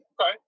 Okay